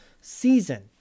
season